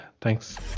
thanks